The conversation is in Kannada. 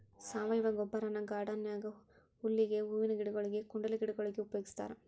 ಸಾವಯವ ಗೊಬ್ಬರನ ಗಾರ್ಡನ್ ನ್ಯಾಗ ಹುಲ್ಲಿಗೆ, ಹೂವಿನ ಗಿಡಗೊಳಿಗೆ, ಕುಂಡಲೆ ಗಿಡಗೊಳಿಗೆ ಉಪಯೋಗಸ್ತಾರ